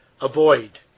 avoid